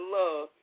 love